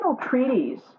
treaties